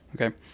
Okay